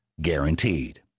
guaranteed